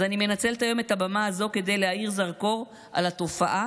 אז אני מנצלת היום את הבמה הזאת כדי להאיר בזרקור על התופעה,